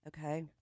Okay